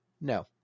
no